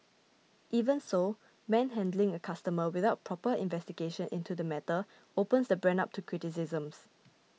even so manhandling a customer without proper investigation into the matter opens the brand up to criticisms